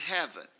heaven